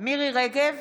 מירי מרים רגב,